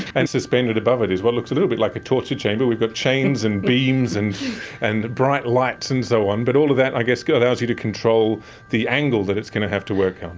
and suspended above it is what looks a little bit like a torture chamber. we've got chains and beams and and bright lights and so on, but all of that i guess allows you to control the angle that it's going to have to work um